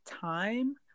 time